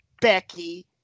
Becky